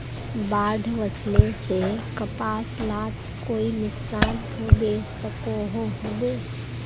बाढ़ वस्ले से कपास लात कोई नुकसान होबे सकोहो होबे?